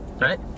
right